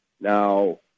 Now